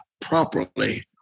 properly